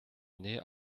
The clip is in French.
année